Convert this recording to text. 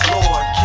Lord